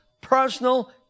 personal